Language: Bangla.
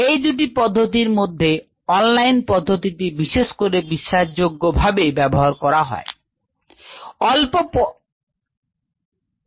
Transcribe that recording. এই দুটি পদ্ধতির মধ্যে অনলাইন পদ্ধতিটি পছন্দ করা হয় কিন্তু এই পদ্ধতির বিশ্বাসযোগ্যতার কিছু সীমা রয়েছে